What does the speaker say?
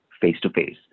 face-to-face